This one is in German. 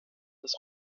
das